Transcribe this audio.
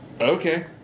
Okay